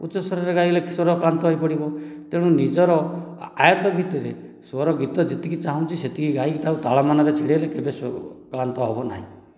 ଉଚ୍ଚ ସ୍ୱରରେ ଗାଇଲେ ସ୍ୱର କ୍ଲାନ୍ତ ହୋଇପଡ଼ିବ ତେଣୁ ନିଜର ଆୟତ୍ତ ଭିତରେ ସ୍ଵରର ଗୀତ କେତିକି ଚାହୁଁଛି ତାକୁ ସେତିକି ଗାଇକି ତାଳ ମନରେ ଛିଡ଼ାଇଲେ କେବେ ସ୍ୱର କ୍ଲାନ୍ତ ହେବନାହିଁ